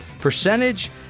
percentage